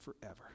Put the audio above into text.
forever